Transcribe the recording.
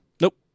Nope